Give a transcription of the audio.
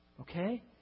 okay